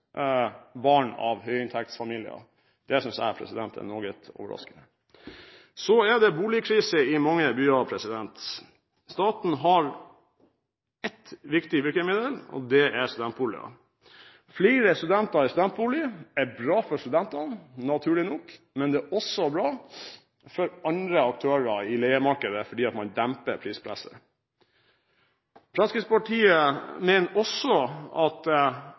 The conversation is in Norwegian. barn av høyinntektsfamilier. Det synes jeg er noe overraskende. Det er boligkrise i mange byer. Staten har ett viktig virkemiddel, og det er studentboliger. Flere studenter i studentbolig er bra for studentene, naturlig nok, men det er også bra for andre aktører i leiemarkedet fordi man demper prispresset. Fremskrittspartiet mener at